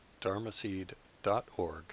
dharmaseed.org